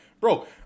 Bro